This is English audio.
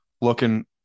looking